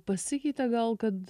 pasikeitė gal kad